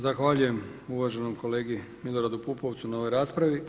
Zahvaljujem uvaženom kolegi Miloradu Pupovcu na ovoj raspravi.